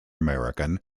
american